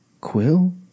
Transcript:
Quill